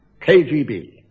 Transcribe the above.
KGB